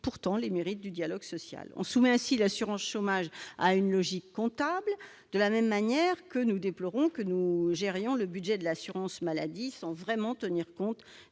pourtant les mérites du dialogue social. On soumet ainsi l'assurance chômage à une logique comptable, de la même manière que l'on gère le budget de l'assurance maladie sans tenir compte